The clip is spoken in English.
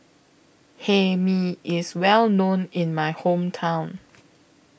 Hae Mee IS Well known in My Hometown